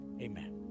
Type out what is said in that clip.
amen